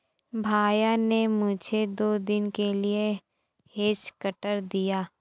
भैया ने मुझे दो दिन के लिए हेज कटर दिया है